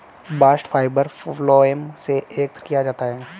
bast fibre phloem से एकत्र किया जाता है